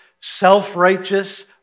self-righteous